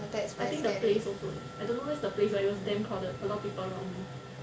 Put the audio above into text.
I think the place also I don't know where's the place but it was damn crowded a lot of people around me